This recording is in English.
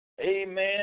amen